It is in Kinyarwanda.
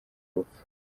urupfu